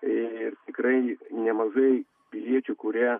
ir tikrai nemažai piliečių kurie